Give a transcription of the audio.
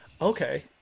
Okay